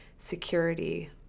security